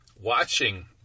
watching